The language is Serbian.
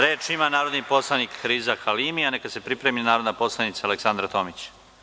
Reč ima narodni poslanik Riza Halimi, a neka se pripremi narodna poslanica Aleksandra Tomić.